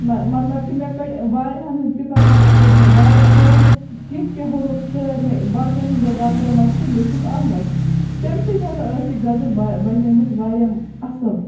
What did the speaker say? مطلب کہِ مےٚ کٔڑۍ واریاہَن ہٕنٛدۍ کِتابو منٛز کٔڑۍ مےٚ واریاہ حروٗف کیٚنٛہہ کیٚنٛہہ حروٗف ژٲر مےٚ باقیَن ہٕنٛدیو غزلو منٛز تہِ لیٚکھِم اَتھ منٛز تیٚمہِ سۭتۍ ہَسا ٲس یہِ غزل بَنیٚمٕژ واریاہ اَصٕل